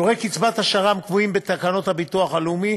שיעורי קצבת השר"מ קבועים בתקנות הביטוח הלאומי